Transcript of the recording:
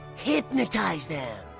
hypnotize them!